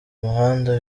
muhanda